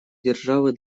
державы